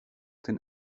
den